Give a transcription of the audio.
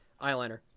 eyeliner